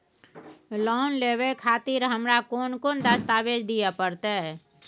Loan लेवे खातिर हमरा कोन कौन दस्तावेज दिय परतै?